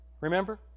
Remember